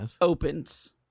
opens